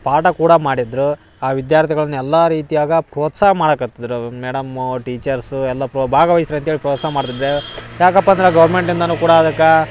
ಪಾಠ ಕೂಡ ಮಾಡಿದ್ದರು ಆ ವಿದ್ಯಾರ್ಥಿಗಳನ್ನ ಎಲ್ಲಾ ರೀತ್ಯಾಗ ಪ್ರೋತ್ಸಾಹ ಮಾಡಕತ್ತಿದ್ರು ಅವ್ ಮೇಡಮ್ಮು ಟೀಚರ್ಸು ಎಲ್ಲ ಪ್ರೋ ಭಾಹವಹಿಸ್ರಿ ಅಂತೇಳಿ ಪ್ರೋತ್ಸಾಹ ಮಾಡ್ತಿದ್ರ ಯಾಕಪ್ಪಂದ್ರ ಗೌರ್ಮೆಂಟಿಂದನು ಕೂಡ ಅದಕ್ಕ